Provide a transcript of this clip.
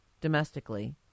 domestically